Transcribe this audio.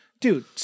dude